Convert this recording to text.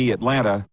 Atlanta